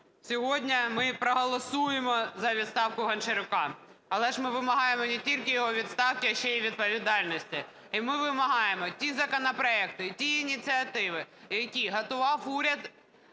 сьогодні ми проголосуємо за відставку Гончарука. Але ж ми вимагаємо не тільки його відставки, а ще і відповідальності. І ми вимагаємо ті законопроекти і ті ініціативи, які готував уряд